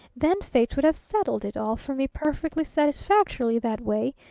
then fate would have settled it all for me perfectly satisfactorily that way.